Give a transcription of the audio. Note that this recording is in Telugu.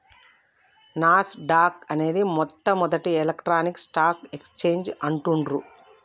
నాస్ డాక్ అనేది మొట్టమొదటి ఎలక్ట్రానిక్ స్టాక్ ఎక్స్చేంజ్ అంటుండ్రు